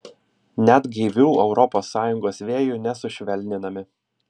net gaivių europos sąjungos vėjų nesušvelninami